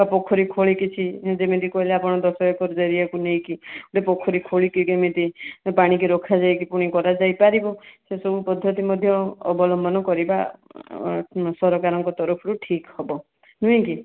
ବା ପୋଖରୀ ଖୋଳି କିଛିି ଯେମିତି କହିଲେ ଆପଣ ଦଶ ଏକର୍ ଜମିକୁ ନେଇକି ଗୋଟେ ପୋଖରୀ ଖୋଳିକି ଯେମିତି ସେ ପାଣିକି ରଖାଯାଇକି ପୁଣି ବ୍ୟବହାର କରିପାରିବୁ ସେସବୁ ପଦ୍ଧତି ମଧ୍ୟ ଅବଲମ୍ବନ କରିବା ସରକାରଙ୍କ ତରଫରୁ ଠିକ୍ ହେବ ନୁହେଁକି